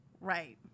Right